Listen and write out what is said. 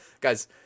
Guys